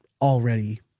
already